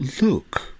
look